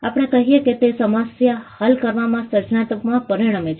આપણે કહીએ કે તે સમસ્યા હલ કરવામાં સર્જનાત્મકતામાં પરિણમે છે